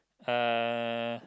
uh